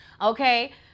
okay